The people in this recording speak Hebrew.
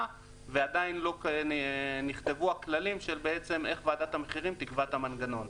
ועדיין לא נכתבו הכללים איך ועדת המחירים תקבע את המנגנון.